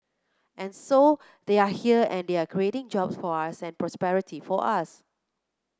and so they are here and they are creating jobs for us and prosperity for us